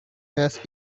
has